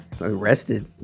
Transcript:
Arrested